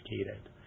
educated